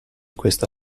questa